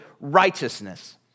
righteousness